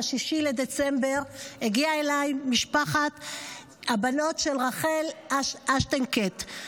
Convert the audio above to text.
ב-6 בדצמבר הגיעו אלי הבנות של רחל אייזנשטדט.